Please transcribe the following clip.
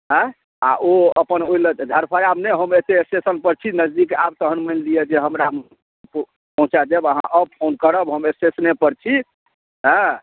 आइ आ ओहि अपन ओहिलए धड़फराएब नहि हम एतै स्टेशन पर छी नजदीक आयब तहन मानि लिअ जे हमरा पहुँचा देब अहाँ आउ फोन करब हम स्टेशने पर छी हएँ